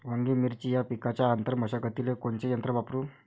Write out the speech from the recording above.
वांगे, मिरची या पिकाच्या आंतर मशागतीले कोनचे यंत्र वापरू?